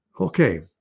Okay